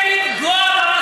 תתביישו לכם.